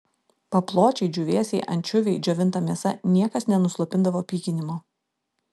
papločiai džiūvėsiai ančiuviai džiovinta mėsa niekas nenuslopindavo pykinimo